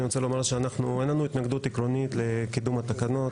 אין לנו התנגדות עקרונית לקידום התקנות.